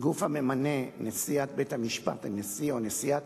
הגוף הממנה את נשיא או נשיאת